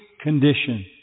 condition